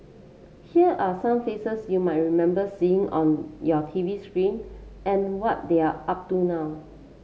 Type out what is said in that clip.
here are some faces you might remember seeing on your T V screen and what they're up to now